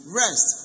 rest